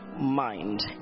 mind